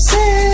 Say